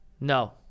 No